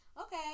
Okay